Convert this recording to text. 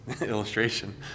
illustration